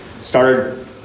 started